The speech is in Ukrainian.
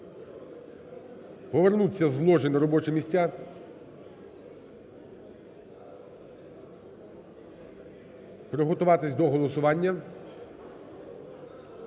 повернутися знову на робочі місця, приготуватись до голосування,